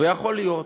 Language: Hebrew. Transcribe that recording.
ויכול להיות